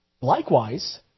Likewise